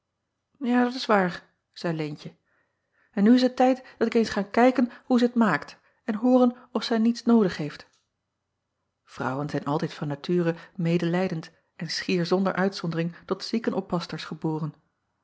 a dat is waar zeî eentje en nu is het tijd dat ik eens ga kijken hoe zij het maakt en hooren of zij niets noodig heeft rouwen zijn altijd van nature medelijdend en schier zonder uitzondering tot ziekenoppasters geboren